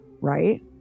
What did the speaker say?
right